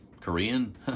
Korean